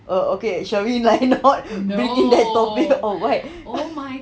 oh okay shall we like not begin the topic or what